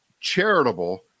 charitable